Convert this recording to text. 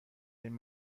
این